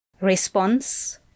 Response